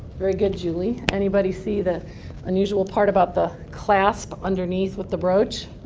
very good, julie. anybody see the unusual part about the clasp underneath with the brooch?